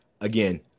again